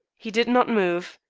he did not move.